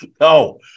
no